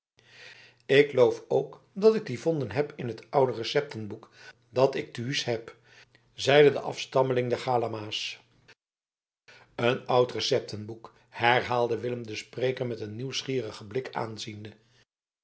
ik loof ook dat ik die evonden heb in het oude receptenboek dat ik thuis heb zeide de afstammeling der galamaas een oud receptenboek herhaalde willem den spreker met een nieuwsgierigen blik aanziende